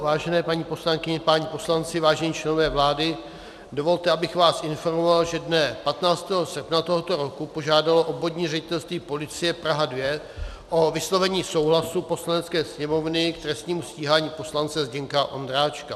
Vážené paní poslankyně, páni poslanci, vážení členové vlády, dovolte, abych vás informoval, že dne 15. srpna tohoto roku požádalo obvodní ředitelství policie Prahy 2 o vyslovení souhlasu Poslanecké sněmovny k trestnímu stíhání poslance Zdeňka Ondráčka.